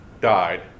died